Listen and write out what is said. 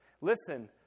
Listen